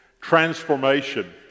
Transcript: transformation